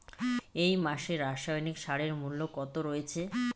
এই মাসে রাসায়নিক সারের মূল্য কত রয়েছে?